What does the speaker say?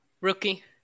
Rookie